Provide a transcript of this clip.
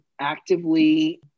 actively